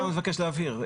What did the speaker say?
מה אתה מבקש להבהיר?